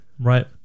right